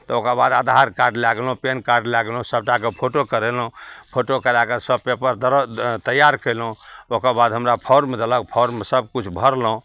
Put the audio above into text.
तऽ ओकरबाद कार्ड लै गेलहुँ पैन कार्ड लै गेलहुँ सबटाके फोटो करेलहुँ फोटो करैके सब पेपर दरऽ अँ तैआर कएलहुँ ओकरबाद हमरा फॉर्म देलक फॉर्ममे सबकिछु भरलहुँ